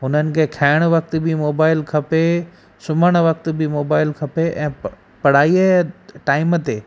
हुननि खे खाइणु वक़्ति बि मोबाइल खपे सुम्हण वक़्ति बि मोबाइल खपे ऐं प पढ़ाईअ टाइम ते